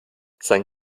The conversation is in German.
sein